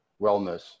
wellness